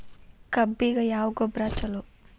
ಕಬ್ಬಿಗ ಯಾವ ಗೊಬ್ಬರ ಛಲೋ?